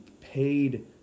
paid